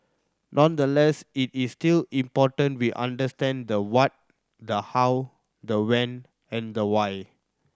nonetheless it is still important we understand the what the how the when and the why